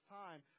time